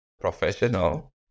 professional